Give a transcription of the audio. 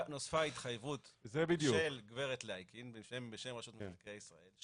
ההתחייבות של גברת לייקין בשם רשות מקרקעי ישראל,